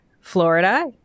Florida